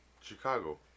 Chicago